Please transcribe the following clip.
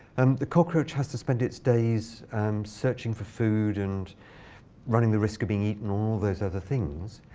um the cockroach has to spend its days searching for food and running the risk of being eaten all those other things.